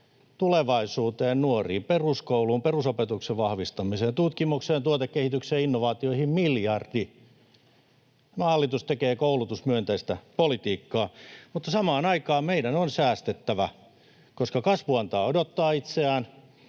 tulevaisuuteen ja nuoriin, peruskouluun, perusopetuksen vahvistamiseen, tutkimuksen ja tuotekehityksen innovaatioihin miljardi. Tämä hallitus tekee koulutusmyönteistä politiikkaa, mutta samaan aikaan meidän on säästettävä, koska kasvu antaa odottaa itseään,